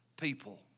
people